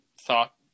thought